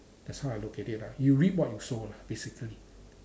that's why I look at it ah you reap what you sow lah basically